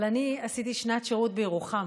אבל אני עשיתי שנת שירות בירוחם,